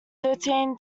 thirteen